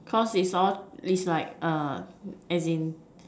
cause is all is like as in